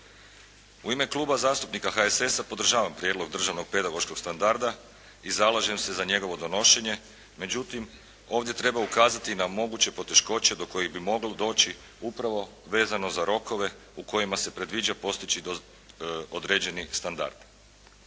U ime Kluba zastupnika HSS-a podržavam prijedlog Državnog pedagoškog standarda i zalažem se za njegovo donošenje, međutim ovdje treba ukazati na moguće poteškoće do kojih bi moglo doći upravo vezano za rokove u kojima se predviđa postići određeni standard.